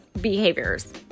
behaviors